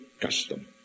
custom